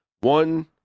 one